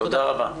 תודה רבה.